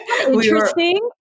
Interesting